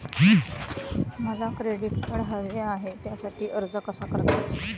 मला credit card हवे आहे त्यासाठी अर्ज कसा करतात?